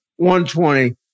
120